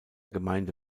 gemeinde